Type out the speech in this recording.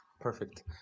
Perfect